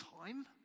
time